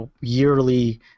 yearly